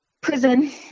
prison